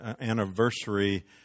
anniversary